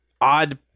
odd